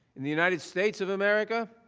in the united states of america